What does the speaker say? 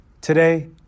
Today